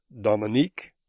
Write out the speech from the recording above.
Dominique